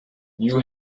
you